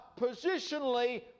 positionally